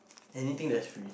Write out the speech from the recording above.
anything that is free